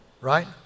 right